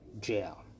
Jail